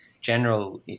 general